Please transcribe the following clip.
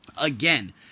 Again